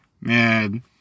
Man